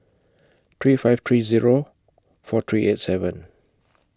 three five three Zero four three eight seven